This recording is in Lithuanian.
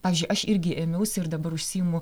pavyzdžiui aš irgi ėmiausi ir dabar užsiimu